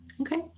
Okay